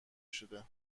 شده